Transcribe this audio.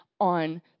on